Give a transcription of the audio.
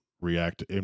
react